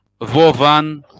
Vovan